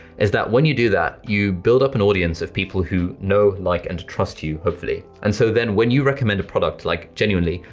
is that when you do that, you build up an audience of people who know, like and trust you, hopefully, and so then when you recommend a product, like genuinely,